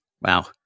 Wow